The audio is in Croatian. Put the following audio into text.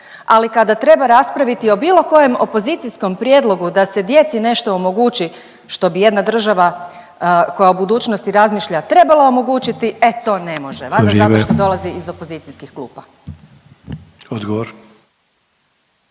ali kada treba raspraviti o bilo kojem opozicijskom prijedlogu da se djeci nešto omogući, što bi jedna država koja o budućnosti razmišlja trebala omogućiti, e to ne može …/Upadica Sanader: